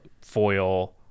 Foil